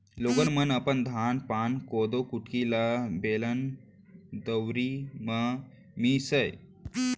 लोगन मन अपन धान पान, कोदो कुटकी ल बेलन, दउंरी म मीसय